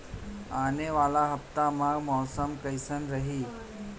आने वाला हफ्ता मा मौसम कइसना रही?